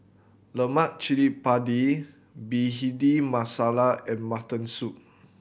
Lemak Cili Padi Bhindi Masala and mutton soup